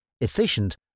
efficient